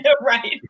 Right